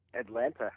Atlanta